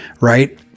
right